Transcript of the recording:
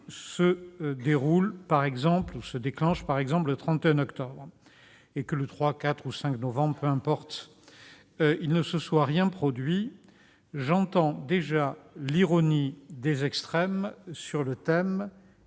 Si le Brexit se déclenche, par exemple, le 31 octobre, et que, le 3, le 4 ou le 5 novembre, peu importe, il ne s'est rien produit, j'entends déjà l'ironie des extrêmes sur le thème